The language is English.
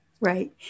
right